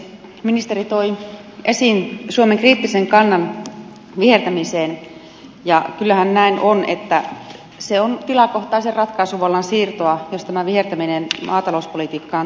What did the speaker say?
ministeri toi esiin suomen kriittisen kannan vihertämiseen ja kyllähän näin on että se on tilakohtaisen ratkaisuvallan siirtoa jos tämä vihertäminen maatalouspolitiikkaan tulee mukaan